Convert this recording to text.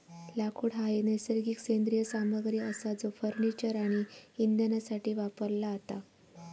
लाकूड हा एक नैसर्गिक सेंद्रिय सामग्री असा जो फर्निचर आणि इंधनासाठी वापरला जाता